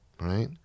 right